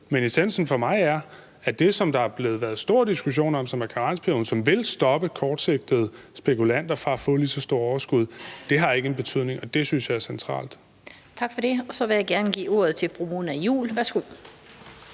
men essensen for mig er, at det, der har været stor diskussion om, nemlig karensperioden, som vil stoppe kortsigtede spekulanter fra at få et lige så stort overskud, ikke har en betydning, og det synes jeg er centralt. Kl. 17:27 Den fg. formand (Annette Lind): Tak for det. Så vil jeg gerne give ordet til fru Mona Juul. Værsgo.